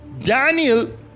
Daniel